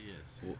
yes